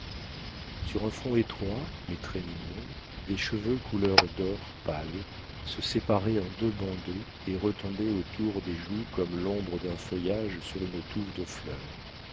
sur un front étroit mais très mignon des cheveux couleur d'or pâle se séparaient en deux bandeaux et retombaient autour des joues comme l'ombre d'un feuillage sur une touffe de fleurs